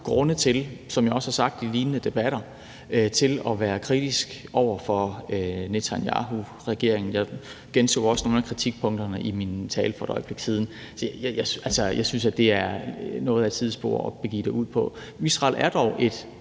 er i her. Som jeg også har sagt i lignende debatter, er der mange grunde til at være kritisk over for Netanyahuregeringen. Jeg gentog også nogle af kritikpunkterne i min tale for et øjeblik siden. Jeg synes, det her er noget af et sidespor at begive sig ud på. Israel er dog et